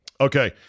Okay